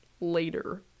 later